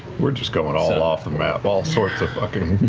we're just going all off the map, all sorts of fucking